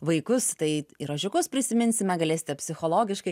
vaikus tai ir ožiukus prisiminsime galėsite psichologiškai